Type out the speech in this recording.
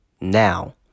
now